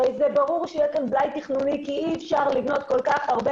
הרי זה ברור שיהיה כאן בלאי תכנוני כי אי אפשר לבנות כל כך הרבה,